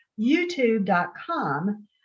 youtube.com